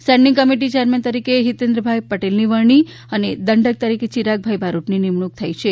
standing committee chairman તરીકે હિતેન્દ્રભાઇ પટેલની વરણી અને દંડક તરીકે ચિરાગભાઇ બારોટની નિમણૂંક થઇ છે